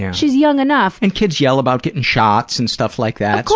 she's young enough. and kids yell about getting shots and stuff like that.